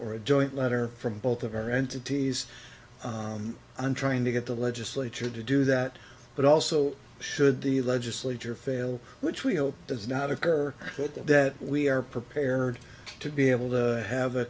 or a joint letter from both of our entities and trying to get the legislature to do that but also should the legislature fail which we hope does not occur good that we are prepared to be able to have a